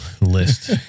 list